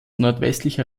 nordwestlicher